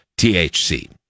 THC